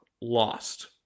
lost